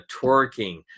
twerking